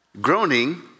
Groaning